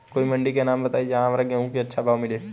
कोई मंडी के नाम बताई जहां हमरा गेहूं के अच्छा भाव मिले?